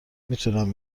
میتونم